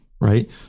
Right